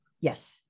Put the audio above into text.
Yes